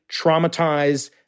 traumatized